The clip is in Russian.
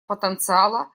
потенциала